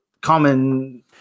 common